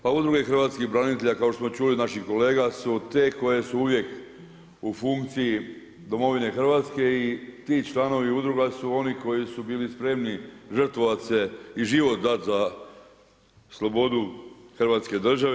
Pa udruge hrvatskih branitelja kao što smo čuli od naših kolega su te koje su uvijek u funkciji domovine Hrvatske i ti članovi udruga su oni koji su bili spremni žrtvovat se i život dati za slobodu Hrvatske države.